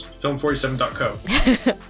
Film47.co